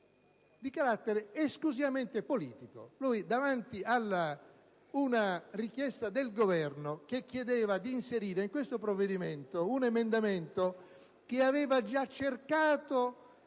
di carattere esclusivamente politico. Davanti alla richiesta del Governo, che chiedeva di inserire in questo provvedimento un emendamento che aveva già cercato